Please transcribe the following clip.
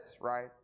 right